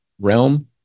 realm